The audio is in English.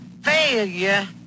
failure